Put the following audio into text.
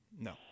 No